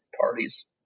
parties